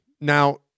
Now